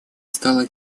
стала